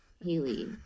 Haley